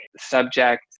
subject